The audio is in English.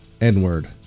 N-word